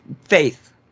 faith